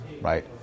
right